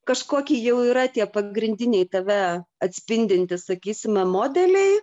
kažkokie jau yra tie pagrindiniai tave atspindintys sakysime modeliai